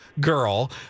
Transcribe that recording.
girl